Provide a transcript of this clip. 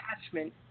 attachment